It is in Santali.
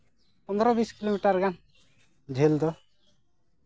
ᱯᱚᱸᱫᱽᱨᱚ ᱵᱤᱥ ᱠᱤᱞᱳᱢᱤᱴᱟᱨ ᱜᱟᱱ ᱡᱷᱟᱹᱞ ᱫᱚ